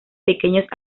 pequeños